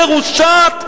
מרושעת,